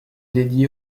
dédié